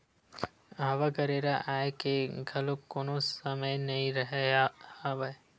हवा गरेरा आए के घलोक कोनो समे नइ रहिगे हवय